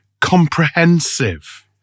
comprehensive